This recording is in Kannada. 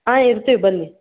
ಹಾಂ ಇರ್ತೀವಿ ಬನ್ನಿ